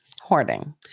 Hoarding